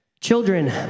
Children